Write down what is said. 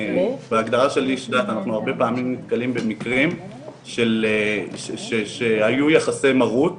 אנחנו הרבה פעמים נתקלים במקרים שהיו יחסי מרות,